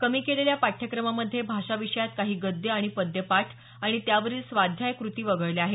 कमी केलेल्या पाठ्यक्रमामध्ये भाषा विषयात काही गद्य आणि पद्य पाठ आणि त्यावरील स्वाध्याय कृती वगळल्या आहेत